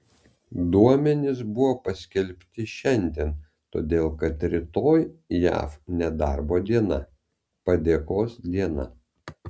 duomenys buvo paskelbti šiandien todėl kad rytoj jav nedarbo diena padėkos diena